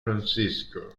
francisco